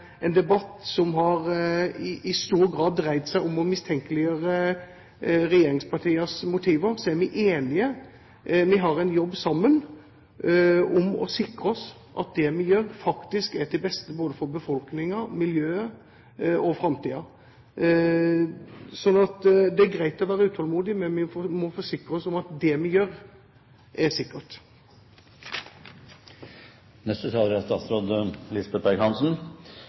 debatt som i stor grad har dreid seg om å mistenkeliggjøre regjeringspartienes motiver, er vi enige om at vi sammen har en jobb å gjøre for å forsikre oss om at det vi gjør, faktisk er til det beste for befolkningen, miljøet og framtiden. Det er greit å være utålmodig, men vi må forsikre oss om at det vi gjør, er sikkert.